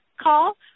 call